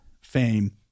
fame